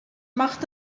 macht